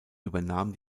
übernahm